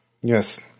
yes